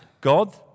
God